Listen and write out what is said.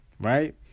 right